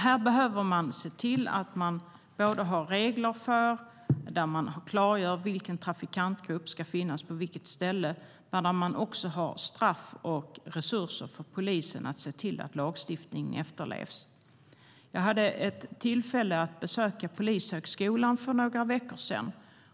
Här måste vi ha regler som klargör vilken trafikantgrupp som ska finnas var. Det måste också finnas straff och tillräckliga resurser för polisen att se till att lagstiftningen efterlevs. Jag hade tillfälle att besöka Polishögskolan för några veckor sedan.